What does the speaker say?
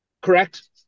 correct